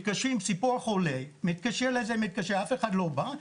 מתקשרים לגבי ציפור חולה ואף אחד לא בא.